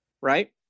Right